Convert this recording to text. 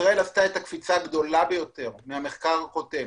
ישראל עשתה את הקפיצה הגדולה ביותר מהמחקר הקודם,